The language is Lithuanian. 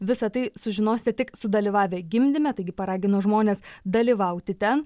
visa tai sužinosite tik sudalyvavę gimdyme taigi paragino žmones dalyvauti ten